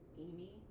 Amy